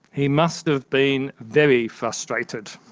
he must have been very frustrated.